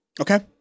Okay